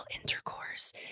intercourse